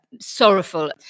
sorrowful